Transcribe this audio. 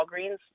Walgreens